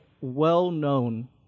well-known